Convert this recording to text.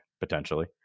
potentially